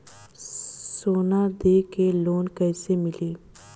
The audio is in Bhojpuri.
सोना दे के लोन कैसे मिली?